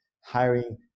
hiring